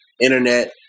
internet